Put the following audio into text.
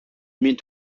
meant